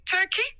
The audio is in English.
Turkey